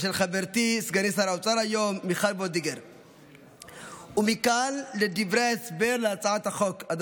אבל בין היתר הצעת החוק של חברתי סגנית שר האוצר היום מיכל וולדיגר.